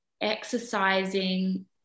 exercising